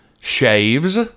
shaves